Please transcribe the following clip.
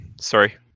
Sorry